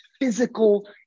physical